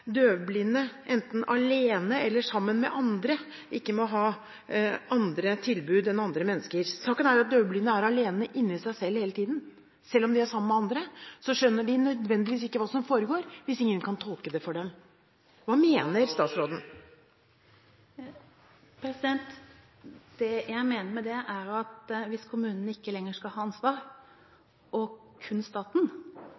døvblinde, enten alene eller sammen med andre, ikke må ha andre tilbud enn andre mennesker? Saken er jo at døvblinde er alene inne i seg selv hele tiden. Selv om de er sammen med andre, skjønner de ikke nødvendigvis hva som foregår hvis ingen kan tolke det for dem. Hva mener statsråden? Det jeg mener med det, er at hvis kommunene ikke lenger skal ha ansvar,